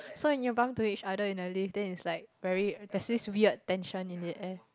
so when you bump into each other in the lift then is like very there's this weird tension in it eh